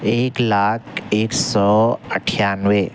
ایک لاکھ ایک سو اٹھانوے